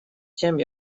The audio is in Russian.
тем